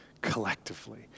collectively